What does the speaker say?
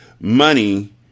money